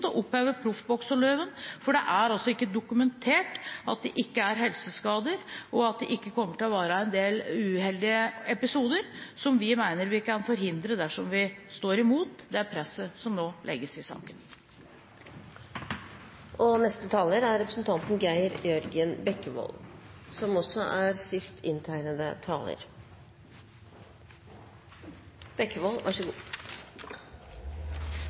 å oppheve proffbokseloven, for det er altså ikke dokumentert at det ikke er helseskader, og at det ikke kommer til å være en del uheldige episoder – episoder vi mener vi kan forhindre dersom vi står imot det presset som nå legges i saken. Jeg må også ta ordet helt til slutt, jeg skal ikke holde på lenge. Men jeg reagerer på at representanten Morten Stordalen plasserer dem som er